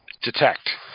detect